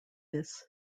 this